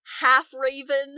half-raven